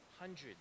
hundreds